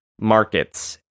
markets